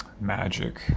magic